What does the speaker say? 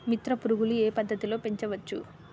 మిత్ర పురుగులు ఏ పద్దతిలో పెంచవచ్చు?